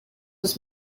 was